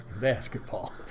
basketball